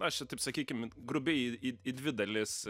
aš čia taip sakykim grubiai į į į dvi dalis